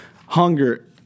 hunger